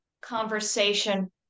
conversation